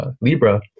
Libra